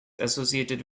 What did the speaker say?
associated